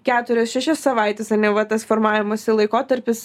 keturias šešias savaites ane va tas formavimosi laikotarpis